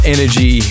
Energy